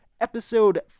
Episode